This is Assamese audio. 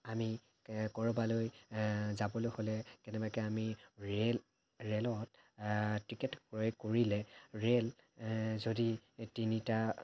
আমি ক'ৰবালৈ যাবলৈ হ'লে কেনেবাকৈ আমি ৰেইল ৰেইলত টিকট ক্ৰয় কৰিলে ৰেইল যদি তিনিটা